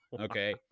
Okay